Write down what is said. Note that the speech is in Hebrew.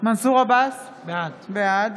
מנסור עבאס, בעד